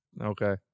Okay